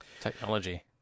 Technology